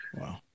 wow